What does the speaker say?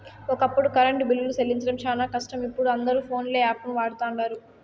ఒకప్పుడు కరెంటు బిల్లులు సెల్లించడం శానా కష్టం, ఇపుడు అందరు పోన్పే యాపును వాడతండారు